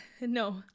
No